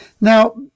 Now